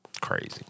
Crazy